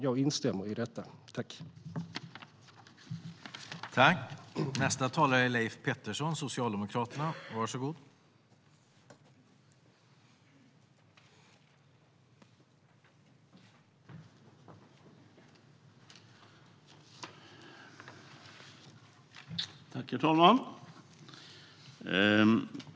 Jag instämmer i detta.